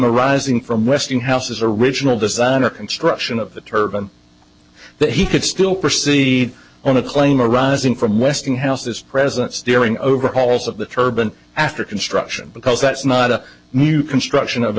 arising from westinghouse his original design or construction of the turbine that he could still proceed on a claim arising from westinghouse this president steering overhauls of the turban after construction because that's not a new construction of a